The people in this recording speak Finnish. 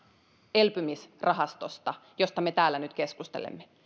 elpymisrahastosta josta me täällä nyt keskustelemme